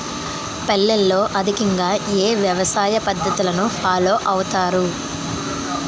పల్లెల్లో అధికంగా ఏ వ్యవసాయ పద్ధతులను ఫాలో అవతారు?